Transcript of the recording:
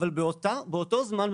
אבל באותו זמן,